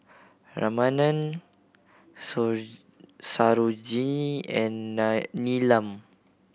Ramanand Sarojini and Neelam